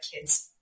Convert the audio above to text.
kids